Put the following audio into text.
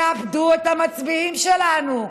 תאבדו את המצביעים שלנו,